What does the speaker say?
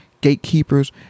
gatekeepers